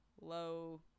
low